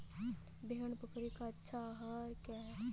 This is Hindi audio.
भेड़ बकरी का अच्छा आहार क्या है?